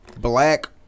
black